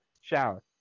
shower